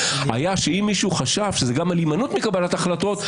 היה שאם מישהו חשב שזה לא על הימנעות מקבלת החלטות,